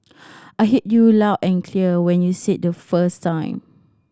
I heard you loud and clear when you said the first time